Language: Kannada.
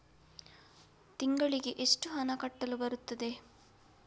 ತಿಂಗಳಿಗೆ ಎಷ್ಟು ಹಣ ಕಟ್ಟಲು ಬರುತ್ತದೆ?